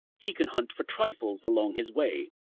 he can hunt for trifles along his way,